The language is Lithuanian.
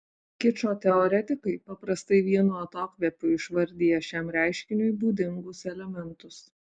kičo teoretikai paprastai vienu atokvėpiu išvardija šiam reiškiniui būdingus elementus